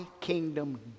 kingdom